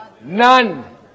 None